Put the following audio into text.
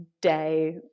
day